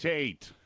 Tate